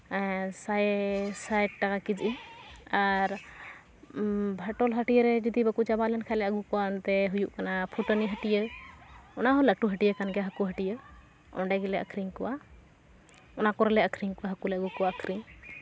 ᱥᱟᱭ ᱥᱟᱴ ᱴᱟᱠᱟ ᱠᱮᱡᱤ ᱟᱨ ᱵᱷᱟᱴᱳᱞ ᱦᱟᱹᱴᱭᱟᱹ ᱨᱮ ᱡᱩᱫᱤ ᱵᱟᱠᱚ ᱪᱟᱵᱟ ᱞᱮᱱᱠᱷᱟᱡ ᱟᱹᱜᱩ ᱠᱚᱣᱟ ᱱᱚᱛᱮ ᱦᱩᱭᱩᱜ ᱠᱟᱱᱟ ᱯᱷᱩᱴᱟᱹᱱᱤ ᱦᱟᱹᱴᱭᱟᱹ ᱚᱱᱟ ᱦᱚᱸ ᱞᱟᱹᱴᱩ ᱦᱟᱹᱴᱭᱟᱹ ᱠᱟᱱ ᱜᱮᱭᱟ ᱦᱟᱹᱠᱩ ᱦᱟᱹᱴᱭᱟᱹ ᱚᱸᱰᱮ ᱜᱮᱞᱮ ᱟᱹᱠᱷᱨᱤᱧ ᱠᱚᱣᱟ ᱚᱱᱟ ᱠᱚᱨᱮ ᱞᱮ ᱟᱹᱠᱷᱨᱤᱧ ᱠᱚᱣᱟ ᱦᱟᱹᱠᱩ ᱞᱮ ᱟᱹᱜᱩ ᱠᱚᱣᱟ ᱟᱹᱠᱷᱨᱤᱧ